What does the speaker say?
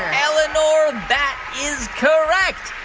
eleanor, that is correct.